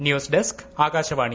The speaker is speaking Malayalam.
news desk Akashvani